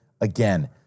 again